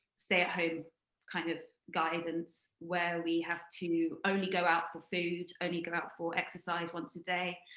stay at home kind of guidance, where we have to only go out for food, only go out for exercise once a day,